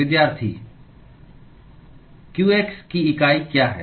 qx की इकाई क्या है